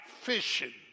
fishing